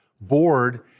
board